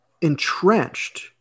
entrenched